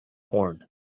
horn